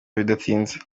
bidatinze